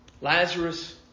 Lazarus